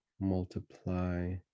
multiply